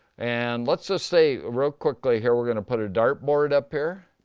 and let's just say, real quickly here, we're gonna put a dartboard up here.